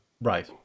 Right